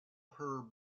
her